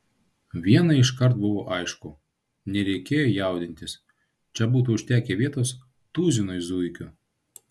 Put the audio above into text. viena iškart buvo aišku nereikėjo jaudintis čia būtų užtekę vietos tuzinui zuikių